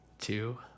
two